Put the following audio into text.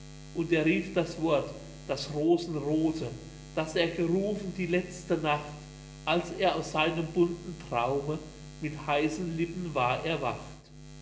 und er rief das wort das rosenrote das er gerufen die letzte nacht als er aus seinem bunten traume mit heißen lippen war erwacht